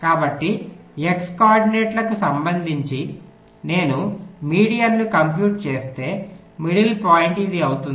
కాబట్టి x కోఆర్డినేట్లకు సంబంధించి నేను మీడియన్ను కంప్యూట్ చేస్తే మిడిల్ పాయింట్ ఇది అవుతుంది